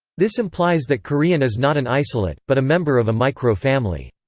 this implies that korean is not an isolate, but a member of a micro-family.